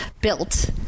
built